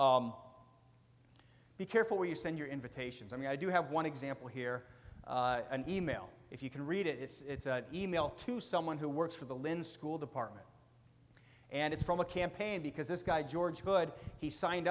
be careful where you send your invitations i mean i do have one example here an e mail if you can read it it's an e mail to someone who works for the lynn school department and it's from a campaign because this guy george good he signed